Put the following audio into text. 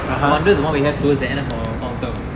so ah that's the one towards the end of our found term